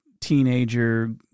teenager